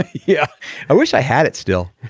yeah i wish i had it still.